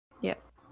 Yes